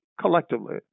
collectively